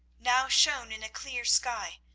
now shone in a clear sky,